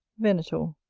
venator.